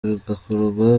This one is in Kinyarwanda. bigakorwa